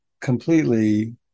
completely